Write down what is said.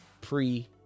pre